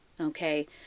Okay